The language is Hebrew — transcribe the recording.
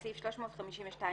בסעיף 352(ב)